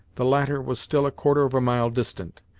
the latter was still a quarter of a mile distant,